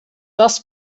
das